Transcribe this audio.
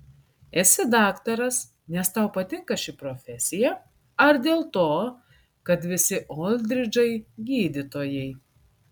esi daktaras nes tau patinka ši profesija ar dėl to kad visi oldridžai gydytojai